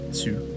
two